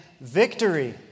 victory